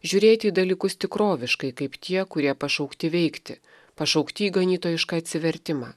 žiūrėti į dalykus tikroviškai kaip tie kurie pašaukti veikti pašaukti į ganytojišką atsivertimą